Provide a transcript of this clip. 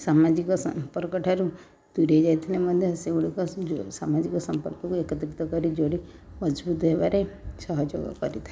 ସାମାଜିକ ସମ୍ପର୍କଠାରୁ ଦୂରେଇ ଯାଇଥିଲେ ମଧ୍ୟ ସେଗୁଡ଼ିକ ସାମାଜିକ ସମ୍ପର୍କକୁ ଏକତ୍ରିତ କରି ଯୋଡ଼ି ମଜବୁତ ହେବାରେ ସହଯୋଗ କରିଥାଏ